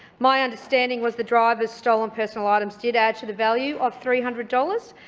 my understanding was the driver's stolen personal items did add to the value of three hundred dollars.